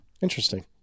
Interesting